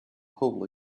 hole